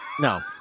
No